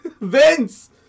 Vince